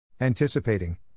Anticipating